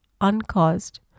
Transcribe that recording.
uncaused